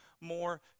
more